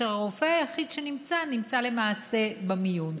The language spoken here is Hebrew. והרופא היחיד שנמצא נמצא למעשה בדיון,